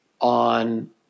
on